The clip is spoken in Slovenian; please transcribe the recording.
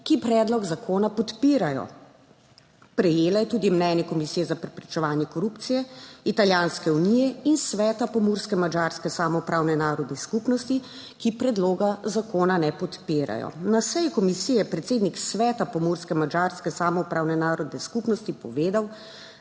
ki predlog zakona podpirajo. Prejela je tudi mnenje Komisije za preprečevanje korupcije, Italijanske unije in Sveta Pomurske madžarske samoupravne narodne skupnosti, ki predloga zakona ne podpirajo. Na seji komisije je predsednik Sveta Pomurske madžarske samoupravne narodne skupnosti povedal,